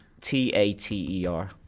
t-a-t-e-r